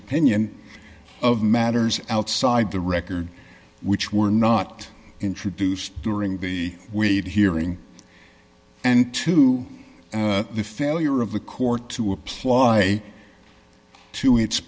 opinion of matters outside the record which were not introduced during the week hearing and to the failure of the court to apply to i